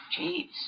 Jeez